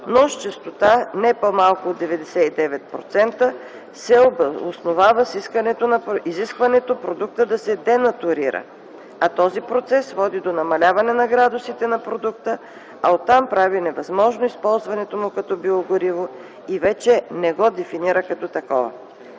но с чистота не по-малко от 99% се обосновава с изискването продукта да се денатурира. А този процес води до намаляване на градусите на продукта, а оттам прави невъзможно използването му като биогориво и вече не го и дефинира като биогориво.